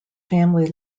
family